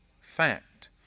fact